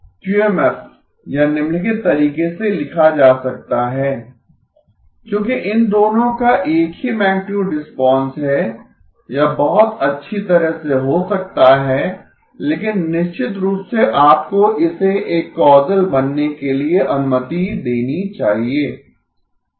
QMF यह निम्नलिखित तरीके से लिखा जा सकता है क्योंकि इन दोनों का एक ही मैगनीटुड रिस्पांस है यह बहुत अच्छी तरह से हो सकता है लेकिन निश्चित रूप से आपको इसे एक कौसल बनने के लिए अनुमति देनी चाहिए